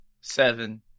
seven